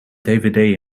dvd